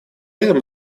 этом